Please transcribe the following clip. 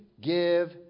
give